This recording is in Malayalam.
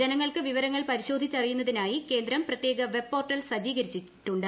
ജനങ്ങൾക്ക് വിവരങ്ങൾ പരിശോധിച്ചറിയുന്നതിനായി കേന്ദ്രം പ്രത്യേക വെബ് പോർട്ടൽ സജ്ജീകരിക്കുന്നുണ്ട്